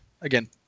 Again